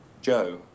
Joe